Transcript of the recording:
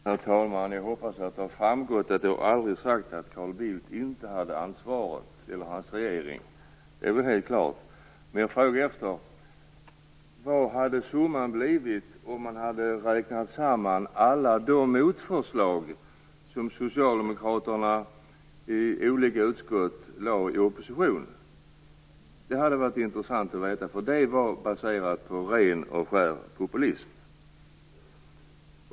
Herr talman! Jag hoppas att det framgått att jag inte sagt att Carl Bildt eller hans regering inte hade ett ansvar. Detta är väl helt klart. Vad jag frågar om är vad summan hade blivit om man hade räknat samman alla motförslag som Socialdemokraterna i opposition i olika utskott lade fram. Det skulle vara intressant att få veta det, för det var baserat på ren och skär populism.